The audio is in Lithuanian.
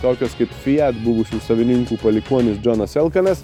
tokios kaip fiat buvusių savininkų palikuonis džonas elkanas